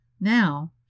Now